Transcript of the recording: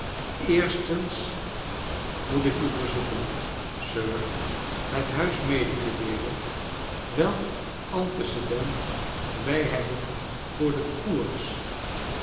eerstens moet ik u verzoeken sir het huis rnede te deelen welk antecedent wij hebben voor den koers